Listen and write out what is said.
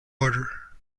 order